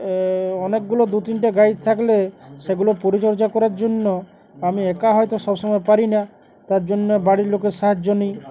অনেকগুলো দু তিনটে গাড়ি থাকলে সেগুলো পরিচর্যা করার জন্য আমি একা হয়তো সবসময় পারি না তার জন্য বাড়ির লোকের সাহায্য নিই